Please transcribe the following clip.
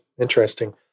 interesting